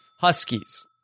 Huskies